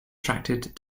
attracted